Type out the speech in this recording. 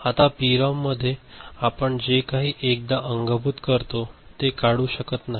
आता पीरॉम मध्ये आपण जे काही एकदा अंगभूत करतो ते काढू शकत नाही